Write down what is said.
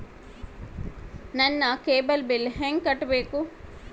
ನನ್ನ cable bill ಹೆಂಗ ಕಟ್ಟಬೇಕು?